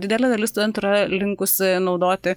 didelė dalis stuentų yra linkusi naudoti